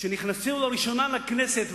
שנכנסו לראשונה לכנסת,